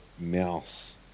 mouse